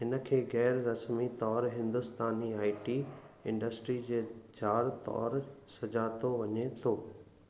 हिन खे ग़ैर रस्मी तौर हिंदुस्तानी आई टी इंडस्ट्री जे जार तौर सुञातो वञे थो